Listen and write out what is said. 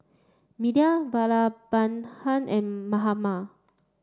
Medha Vallabhbhai and Mahatma